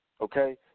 okay